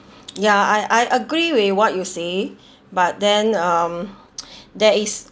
ya I I agree with what you say but then um there is